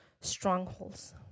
strongholds